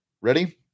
Ready